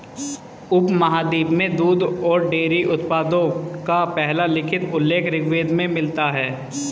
उपमहाद्वीप में दूध और डेयरी उत्पादों का पहला लिखित उल्लेख ऋग्वेद में मिलता है